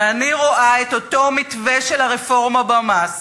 ואני רואה את אותו מתווה של הרפורמה במס